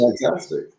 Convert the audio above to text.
fantastic